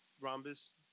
Rhombus